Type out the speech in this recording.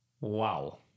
Wow